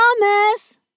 Promise